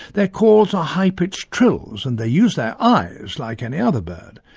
their calls are high-pitched trills and they use their eyes like any other bird.